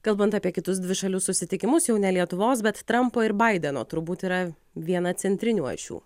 kalbant apie kitus dvišalius susitikimus jau ne lietuvos bet trampo ir baideno turbūt yra viena centrinių ašių